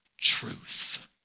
truth